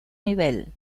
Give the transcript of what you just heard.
nivel